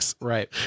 Right